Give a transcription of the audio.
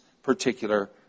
particular